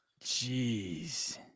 Jeez